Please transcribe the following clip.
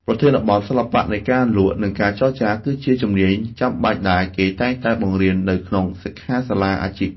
ប្រធានបទ សិល្បៈនៃការលក់ និងការចរចា គឺជាជំនាញចាំបាច់ដែលគេតែងតែបង្រៀននៅក្នុងសិក្ខាសាលាអាជីព។